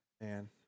Man